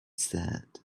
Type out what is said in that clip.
said